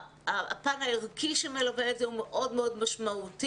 הפן הערכי שמלווה את זה הוא מאוד מאוד משמעותי